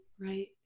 right